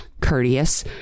Courteous